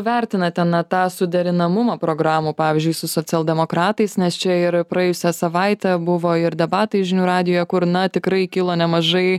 vertinate na tą suderinamumą programų pavyzdžiui su socialdemokratais nes čia ir praėjusią savaitę buvo ir debatai žinių radijuje kur na tikrai kilo nemažai